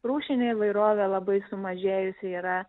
rūšinė įvairovė labai sumažėjusi yra